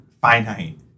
finite